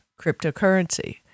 cryptocurrency